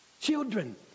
Children